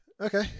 Okay